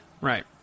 Right